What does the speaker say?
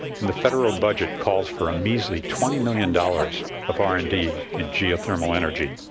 and the federal budget calls for a measly twenty million dollars of r and d in geothermal energy.